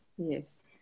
Yes